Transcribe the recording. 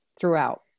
throughout